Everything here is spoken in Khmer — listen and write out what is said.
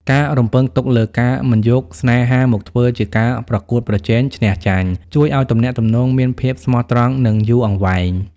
ការរំពឹងទុកលើ "ការមិនយកស្នេហាមកធ្វើជាការប្រកួតប្រជែងឈ្នះចាញ់" ជួយឱ្យទំនាក់ទំនងមានភាពស្មោះត្រង់ និងយូរអង្វែង។